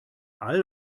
all